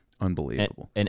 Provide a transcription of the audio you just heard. unbelievable